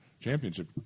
Championship